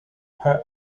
her